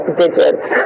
digits